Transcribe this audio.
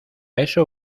eso